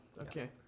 Okay